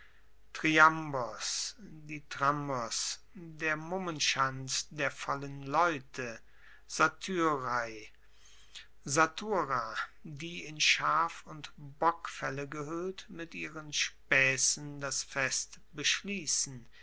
der mummenschanz der vollen leute satura die in schaf und bockfelle gehuellt mit ihren spaessen das fest beschliessen